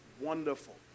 wonderful